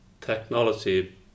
technology